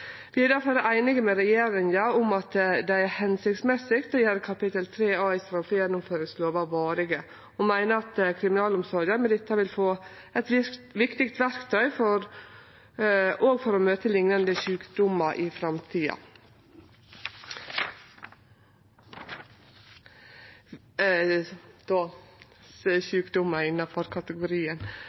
Vi er difor einig med regjeringa i at det er hensiktsmessig å gjere kapittel 3 A i straffegjennomføringslova varig, og meiner at kriminalomsorga med dette vil få eit viktig verktøy også for å møte liknande sjukdomsutbrot i framtida.